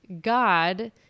God